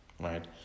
right